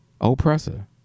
oppressor